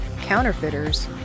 counterfeiters